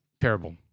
Terrible